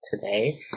today